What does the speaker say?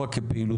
מיכאל, שאפו.